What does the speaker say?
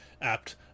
apt